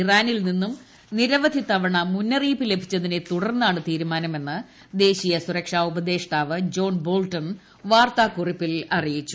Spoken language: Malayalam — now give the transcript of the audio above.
ഇറാനിൽ നിന്നും നിരവധി തവണ മുന്നറിയിപ്പ് ലഭിച്ചതിനെ തുടർന്നാണ് തീരുമാനമെന്ന് ദേശീയ സുരക്ഷാ ഉപദേഷ്ടാവ് ജോൺ ബോൾട്ടൺ വാർത്താക്കുറിപ്പിൽ അറിയിച്ചു